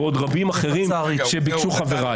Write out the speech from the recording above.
ועוד רבים אחרים שביקשו חבריי.